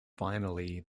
finally